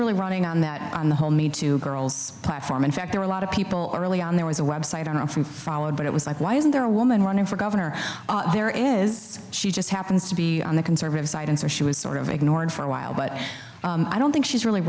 really running on that on the whole me two girls platform in fact there are a lot of people early on there was a website and often followed but it was like why isn't there a woman running for governor there is she just happens to be on the conservative side and so she was sort of ignored for a while but i don't think she's really